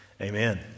Amen